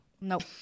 Nope